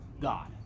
God